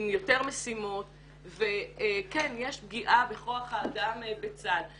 יש פגיעה בכוח האדם בצה"ל.